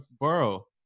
borough